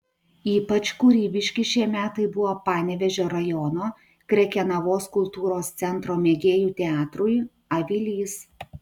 ypač kūrybiški šie metai buvo panevėžio rajono krekenavos kultūros centro mėgėjų teatrui avilys